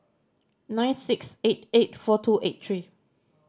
nine six eight eight four two eight three